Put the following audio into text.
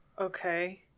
Okay